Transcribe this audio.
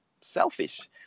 selfish